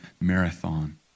marathon